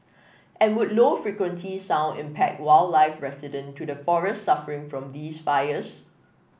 and would low frequency sound impact wildlife resident to the forests suffering from these fires